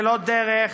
ללא דרך,